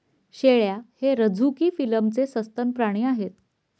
शेळ्या हे रझुकी फिलमचे सस्तन प्राणी आहेत